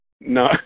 No